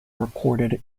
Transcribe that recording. recorded